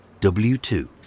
W2